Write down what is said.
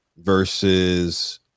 versus